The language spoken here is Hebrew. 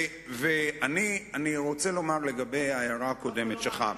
אני רוצה לומר לגבי ההערה הקודמת שלך.